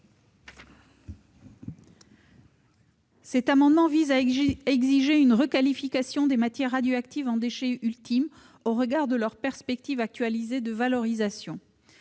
Cet amendement vise à exiger une requalification des matières radioactives en déchets ultimes, au regard de leurs perspectives actualisées de valorisation.